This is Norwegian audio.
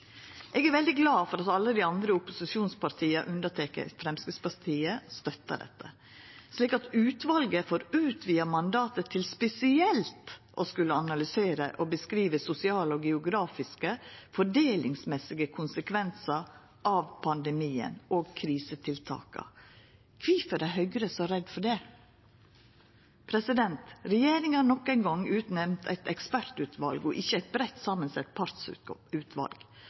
Eg er veldig glad for at alle dei andre opposisjonspartia – unnateke Framstegspartiet – støttar dette, slik at utvalet får utvida mandatet til spesielt å skulla analysera og beskriva sosiale og geografiske fordelingsmessige konsekvensar av pandemien og krisetiltaka. Kvifor er Høgre så redd for det? Regjeringa har nok ein gong utnemnt eit ekspertutval og ikkje eit breitt samansett